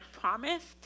promised